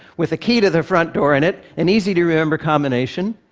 with a key to the front door in it, an easy to remember combination.